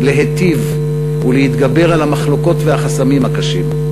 להיטיב ולהתגבר על המחלוקות והחסמים הקשים.